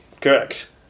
correct